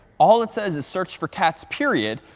all it says is search for cats period.